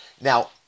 Now